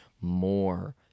more